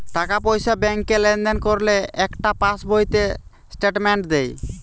টাকা পয়সা ব্যাংকে লেনদেন করলে একটা পাশ বইতে স্টেটমেন্ট দেয়